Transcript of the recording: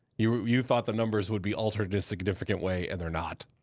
you you thought the numbers would be altered in a significant way, and they're not.